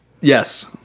Yes